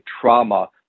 trauma